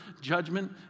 judgment